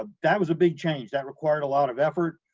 ah that was a big change, that required a lot of effort,